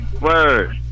Word